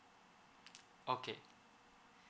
okay